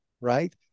right